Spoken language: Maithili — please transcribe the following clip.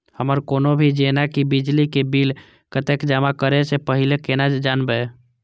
हमर कोनो भी जेना की बिजली के बिल कतैक जमा करे से पहीले केना जानबै?